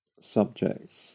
subjects